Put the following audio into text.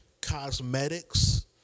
cosmetics